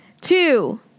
Two